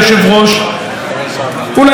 אולי לנסות לפתור אותה,